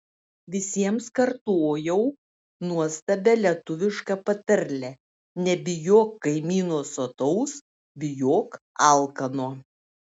visiems kartojau nuostabią lietuvišką patarlę nebijok kaimyno sotaus bijok alkano